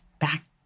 back